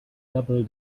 double